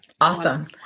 Awesome